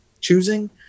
choosing